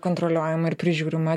kontroliuojama ir prižiūrima